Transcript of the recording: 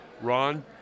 Ron